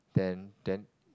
then then